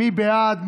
מי בעד?